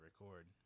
record